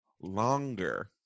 longer